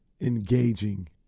engaging